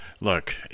look